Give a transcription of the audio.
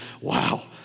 wow